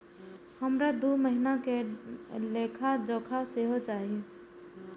हमरा दूय महीना के लेखा जोखा सेहो चाही